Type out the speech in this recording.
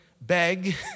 beg